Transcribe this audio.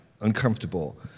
uncomfortable